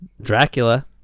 Dracula